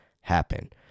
happen